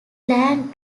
land